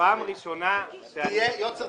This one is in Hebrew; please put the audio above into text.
יוצר,